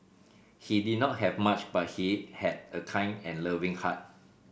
he did not have much but he had a kind and loving heart